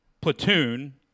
Platoon